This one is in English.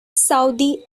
saudi